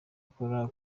akora